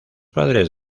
padres